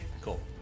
cool